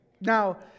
Now